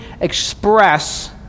express